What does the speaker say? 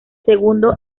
segundo